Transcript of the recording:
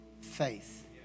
faith